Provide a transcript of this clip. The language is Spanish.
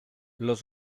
los